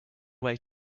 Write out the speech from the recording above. way